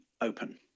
open